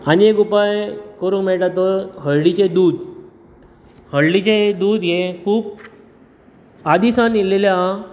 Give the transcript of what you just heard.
आनीक एक उपाय करूंक मेळटा तो हळदिचें दूद हळदिचें दूद हें खूब आदी सावन एयलेलें आहा